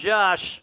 Josh